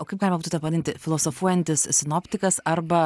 o kaip galima būtų tave pavadinti filosofuojantis sinoptikas arba